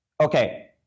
Okay